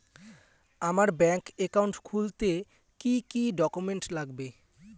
আমার bank account খুলতে কি কি ডকুমেন্ট লাগবে?